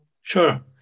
Sure